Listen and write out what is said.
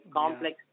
complex